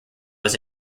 was